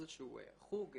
חוג,